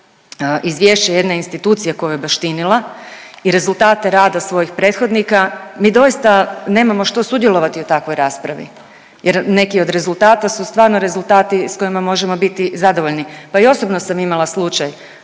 izvješće jedne institucije koju je baštinila i rezultate rada svojih prethodnika mi doista nemamo što sudjelovati u takvoj raspravi. Jer neki od rezultata su stvarno rezultati s kojima možemo biti zadovoljni. Pa i osobno sam imala slučaj